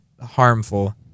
harmful